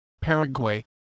Paraguay